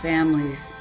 Families